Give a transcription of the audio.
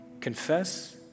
confess